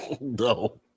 No